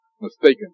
mistaken